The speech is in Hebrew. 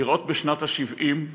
לראות בשנת ה-70,